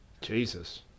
Jesus